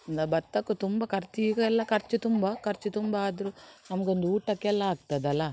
ಬತ್ತಕ್ಕೂ ತುಂಬ ಕರ್ಚ್ ಈಗ ಎಲ್ಲಾ ಖರ್ಚ್ ತುಂಬ ಖರ್ಚ್ ತುಂಬ ಆದರೂ ನಮ್ಗೊಂದು ಊಟಕ್ಕೆಲ್ಲಾ ಆಗ್ತದಲ್ಲ